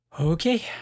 okay